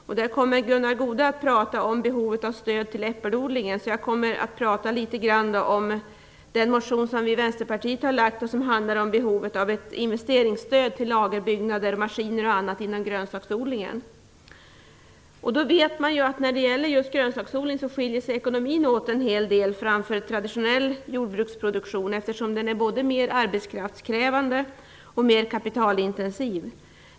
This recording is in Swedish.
Gunnar Goude kommer att prata om behovet av stöd till äppelodlingen. Jag kommer därför att prata litet grand om Vänsterpartiets motion om behovet av ett investeringsstöd till lagerbyggnader, maskiner m.m. Vi vet att ekonomin när det gäller grönsaksodlingen skiljer sig en hel del från ekonomin för traditionell jordbruksproduktion. Grönsaksodlingen är både mer arbetskraftskrävande och mer kapitalintensiv.